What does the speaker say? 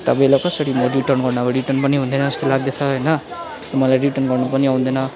तपाईँलाई कसरी म रिटर्न गर्नु अब रिटर्न पनि हुँदैन जस्तो लाग्दैछ होइन मलाई रिटर्न गर्नु पनि आउँदैन